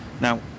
now